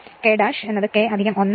K K 1 ഇടുക